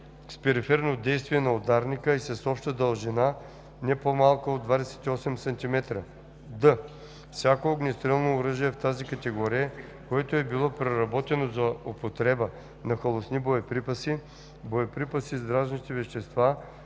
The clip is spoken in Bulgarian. с периферно действие на ударника и с обща дължина, не по-малка от 28 см; д) всяко огнестрелно оръжие в тази категория, което е било преработено за употреба на халосни боеприпаси, боеприпаси с дразнещи вещества,